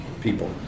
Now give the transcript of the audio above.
people